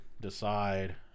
decide